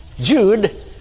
Jude